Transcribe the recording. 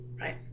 right